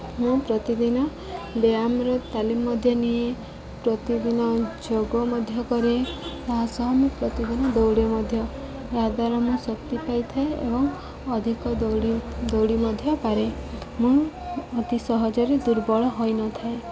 ମୁଁ ପ୍ରତିଦିନ ବ୍ୟାୟାମର ତାଲିମ ମଧ୍ୟ ନିଏ ପ୍ରତିଦିନ ଯୋଗ ମଧ୍ୟ କରେ ତା' ସହ ମୁଁ ପ୍ରତିଦିନ ଦୌଡ଼ ମଧ୍ୟ ଏହାଦ୍ୱାରା ମୁଁ ଶକ୍ତି ପାଇଥାଏ ଏବଂ ଅଧିକ ଦୌଡ଼ି ଦୌଡ଼ି ମଧ୍ୟ ପାରେ ମୁଁ ଅତି ସହଜରେ ଦୁର୍ବଳ ହୋଇନଥାଏ